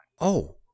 Oh